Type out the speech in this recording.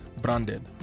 branded